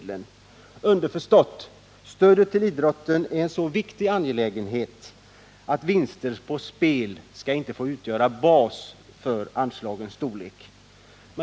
Det betyder underförstått att stödet till idrotten är en så viktig angelägenhet att vinster på spel inte skall få utgöra basen för anslagens storlek.